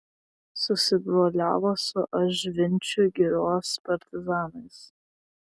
susibroliavo su ažvinčių girios partizanais